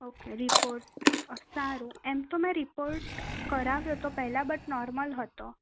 okay report સારું એમ તો મેં રિપોર્ટ કરાવ્યો તો પહેલાં બટ નોર્મલ હતો